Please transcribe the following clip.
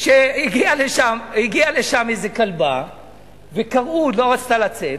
שהגיעה לשם איזו כלבה ולא רצתה לצאת,